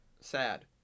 Sad